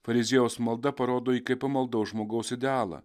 fariziejaus malda parodo kaip pamaldaus žmogaus idealą